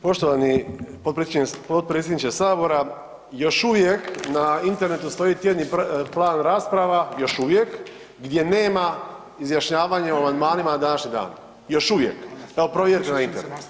Poštovani potpredsjedniče Sabora, još uvijek na internetu stoji tjedni plan rasprava, još uvijek, gdje nema izjašnjavanja o amandmanima na današnji dan još uvije, evo provjerite na internetu.